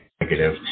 negative